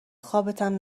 خوابتم